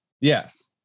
Yes